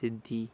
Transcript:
सिद्धी